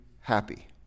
happy